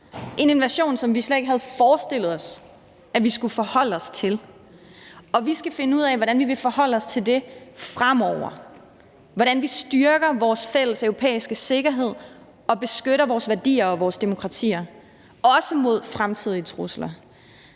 en invasion, som vi slet ikke havde forestillet os at vi skulle forholde os til. Og vi skal finde ud af, hvordan vi vil forholde os til det fremover, altså hvordan vi styrker vores fælles europæiske sikkerhed og beskytter vores værdier og vores demokratier – også mod fremtidige trusler.